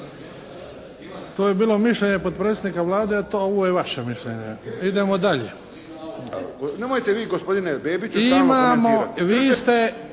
To je bilo mišljenje potpredsjednika Vlade, a ovo je vaše mišljenje. Idemo dalje. **Kovačević,